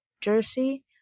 Jersey